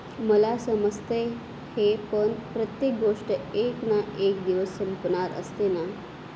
मला समजत आहे हे पण प्रत्येक गोष्ट एक ना एक दिवस संपणार असते ना